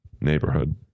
neighborhood